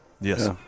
Yes